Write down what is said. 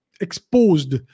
exposed